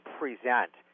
present